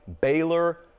Baylor